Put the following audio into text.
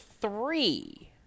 three